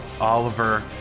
Oliver